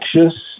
anxious